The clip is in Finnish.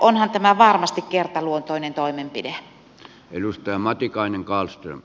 onhan tämä varmasti kertaluonteinen toimenpide